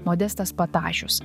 modestas patašius